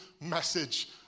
message